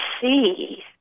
see